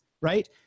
right